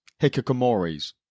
hikikomoris